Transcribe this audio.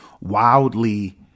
wildly